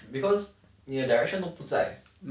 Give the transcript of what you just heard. because 你的 direction 都不在